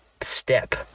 step